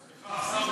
סליחה,